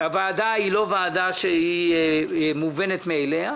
הוועדה היא לא ועדה שהיא מובנת מאליה,